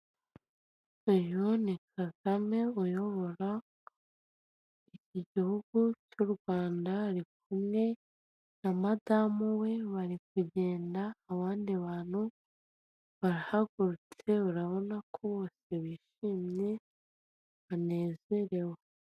Ni imitako ikorwa n'abanyabugeni, imanitse ku rukuta rw'umukara ubusanzwe ibi byifashishwa mu kubitaka mu mazu, yaba ayo mu ngo ndetse n'ahatangirwamo serivisi.